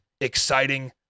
exciting